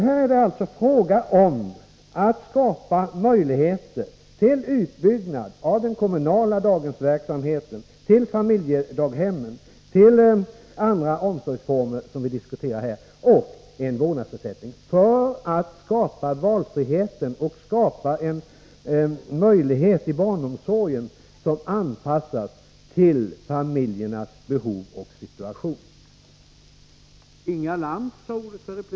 Här är det fråga om att skapa möjligheter till utbyggnad av den kommunala daghemsverksamheten, till familjedaghemmen och till andra omsorgsformer som diskuteras samt skapa möjligheter till en vårdnadsersättning för att ge valfrihet och kunna anpassa barnomsorgen till familjernas olika situationer och behov.